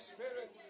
Spirit